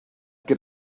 get